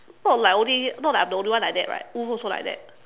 not like only not like I'm the only one like that right Woo also like that